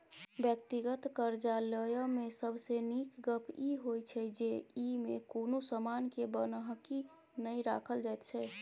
व्यक्तिगत करजा लय मे सबसे नीक गप ई होइ छै जे ई मे कुनु समान के बन्हकी नहि राखल जाइत छै